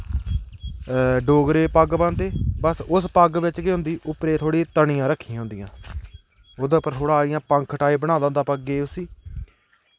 डोगरे पग्ग पांदे बस उस पग्ग बिच्च केह् होंदा उप्परै गी थोह्ड़ियां तनियां रक्खी दियां होंदियां ओह्दे उप्पर थोह्ड़ा इ'यां पंख टाइप बना दा होंदा पग्गै गी उसी